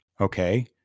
Okay